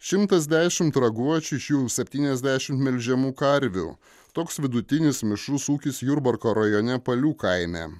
šimtas dešim raguočių iš jų septyniasdešim melžiamų karvių toks vidutinis mišrus ūkis jurbarko rajone palių kaime